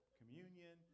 communion